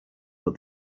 but